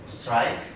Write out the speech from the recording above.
strike